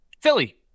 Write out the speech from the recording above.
Philly